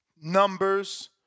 Numbers